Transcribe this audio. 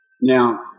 Now